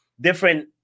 different